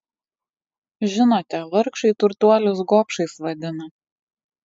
žinote vargšai turtuolius gobšais vadina